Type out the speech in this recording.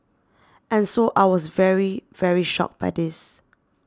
and so I was very very shocked by this